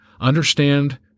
understand